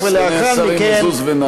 סגני השרים מזוז ונהרי.